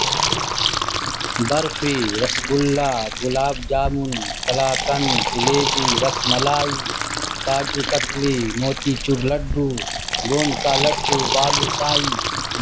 barfi rasgulla gulab jamun kalakand jalebi rasmalai kaju katli motichoor laddu گوند کا لڈو بالو شاہی